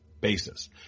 basis